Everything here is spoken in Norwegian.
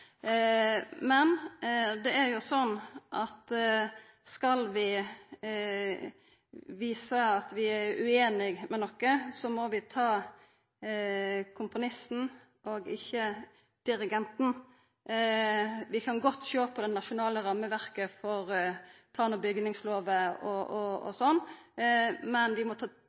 Men det er jo sånn at skal vi visa at vi er ueinige i noko, må vi ta komponisten og ikkje dirigenten. Vi kan godt sjå på det nasjonale rammeverket for plan- og bygningslov og sånn, men vi må ta